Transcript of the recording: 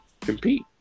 compete